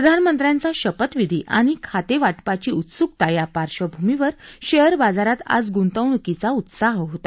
प्रधानमंत्र्यांचा शपथविधी आणि खातेवाटपाबाबतची उत्स्कता या पार्श्वभूमीवर शेअर बाजारात आज ग्ंतवण्कीचा उत्साह होता